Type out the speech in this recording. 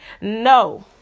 no